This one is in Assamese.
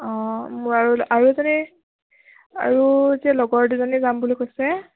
অ মই আৰু আৰু এজনী আৰু যে লগৰ দুজনী যাম বুলি কৈছে